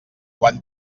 quan